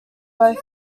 both